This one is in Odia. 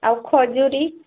ଆଉ ଖଜୁରୀ